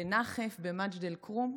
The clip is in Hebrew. בנחף, במג'ד אל-כרום?